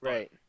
Right